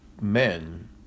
men